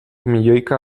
milioika